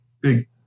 big